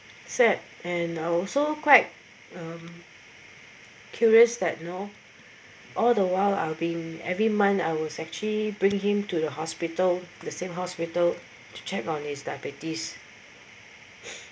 sad and I also quite um curious that you know all the while I've been every month I would actually bring him to the hospital the same hospital to check on his diabetes